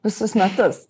visus metus